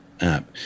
app